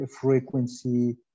frequency